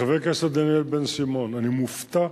לחבר הכנסת דניאל בן-סימון, אני מופתע,